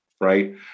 right